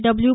W